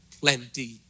plenty